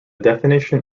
definition